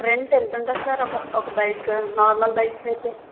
rent ఎంత ఉంటుంది sir ఒక ఒక బైక్ నార్మల్ బైక్స్ అయితే